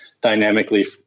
dynamically